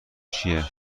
چیه